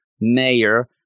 Mayor